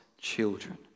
children